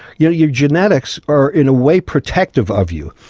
your your genetics are in a way protective of you.